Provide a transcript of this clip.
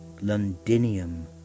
Londinium